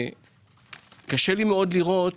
קשה לי מאוד לראות